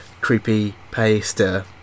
creepypasta